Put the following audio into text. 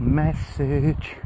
message